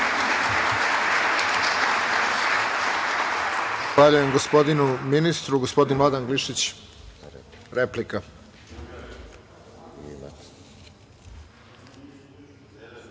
Zahvaljujem gospodinu ministru. Gospodin Vladan Glišić, replika.